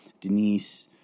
Denise